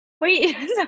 Wait